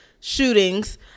shootings